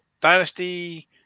dynasty